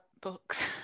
books